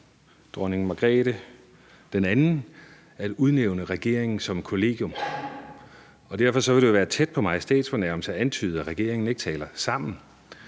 Dronning Margrethe II at udnævne regeringen som kollegium, og derfor ville det jo være tæt på majestætsfornærmelse at antyde, at regeringen ikke taler sammen.